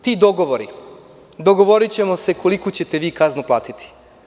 Ti dogovori, dogovorićemo se koliku ćete vi kaznu platiti.